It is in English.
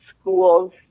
school's